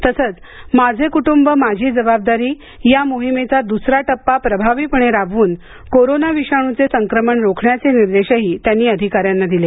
तसेच माझे कुटुंब माझी जबाबदारी या मोहिमेचा दुसरा टप्पा प्रभावीपणे राबवून कोरोना विषाणूचे संक्रमण रोखण्याचे निर्देशही त्यांनी अधिकाऱ्यांना दिले